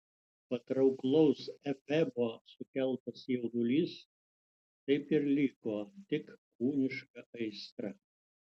patrauklaus efebo sukeltas jaudulys taip ir liko tik kūniška aistra